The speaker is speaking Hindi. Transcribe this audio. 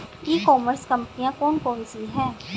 ई कॉमर्स कंपनियाँ कौन कौन सी हैं?